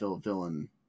villain